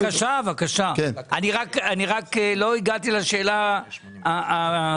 בבקשה, בבקשה, אני רק לא הגעתי לשאלה הטכנית,